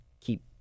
keep